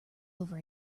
over